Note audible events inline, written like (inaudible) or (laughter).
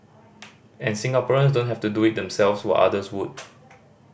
and Singaporeans don't have to do it themselves when others would (noise)